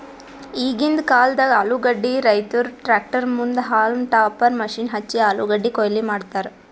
ಈಗಿಂದ್ ಕಾಲ್ದ ಆಲೂಗಡ್ಡಿ ರೈತುರ್ ಟ್ರ್ಯಾಕ್ಟರ್ ಮುಂದ್ ಹೌಲ್ಮ್ ಟಾಪರ್ ಮಷೀನ್ ಹಚ್ಚಿ ಆಲೂಗಡ್ಡಿ ಕೊಯ್ಲಿ ಮಾಡ್ತರ್